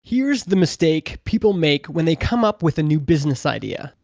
here's the mistake people make when they come up with a new business idea.